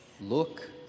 Look